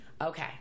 Okay